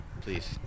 Please